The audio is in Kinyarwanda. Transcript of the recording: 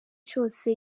cyose